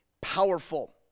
powerful